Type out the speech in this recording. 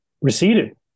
receded